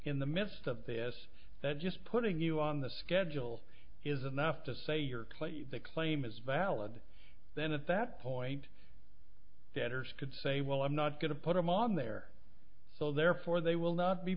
in the midst of this that just putting you on the schedule is enough to say your claim the claim is valid then at that point debtors could say well i'm not going to put them on there so therefore they will not be